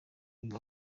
uyu